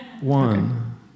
One